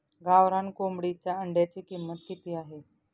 गावरान कोंबडीच्या अंड्याची किंमत किती आहे?